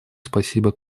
спасибо